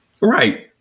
Right